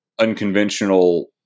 unconventional